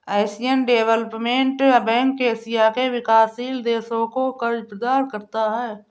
Asian Development Bank Asia के विकासशील देशों को कर्ज प्रदान करता है